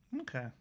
Okay